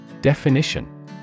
Definition